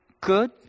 good